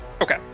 Okay